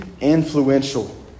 influential